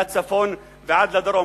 מהצפון ועד הדרום.